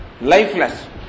lifeless